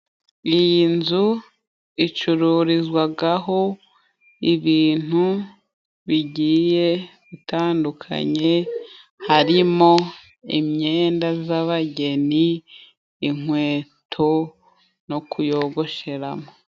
Iyi nzu icururizwagaho ibintu bigiye bitandukanye harimo: imyenda z'abageni, inkweto, no kuyogosheramo.